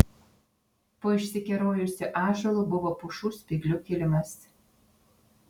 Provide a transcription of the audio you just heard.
po išsikerojusiu ąžuolu buvo pušų spyglių kilimas